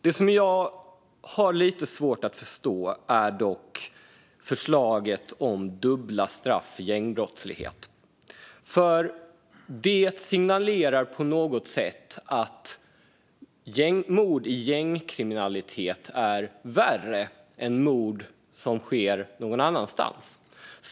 Det som jag har lite svårt att förstå är dock förslaget om dubbla straff för gängbrottslighet, för det signalerar på något sätt att mord i gängkriminella kretsar är värre än mord som sker någon annanstans.